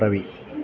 Ravi